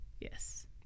Yes